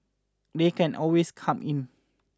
they can always come in